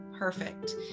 perfect